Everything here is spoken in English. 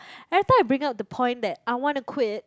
every time I bring out the point that I wanna quit